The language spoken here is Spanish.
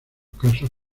casos